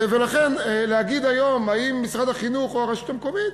לכן, להגיד היום אם משרד החינוך או הרשות המקומית,